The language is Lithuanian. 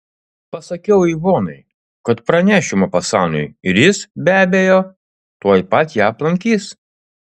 pasakiau ivonai kad pranešiu mopasanui ir jis be abejo tuoj pat ją aplankys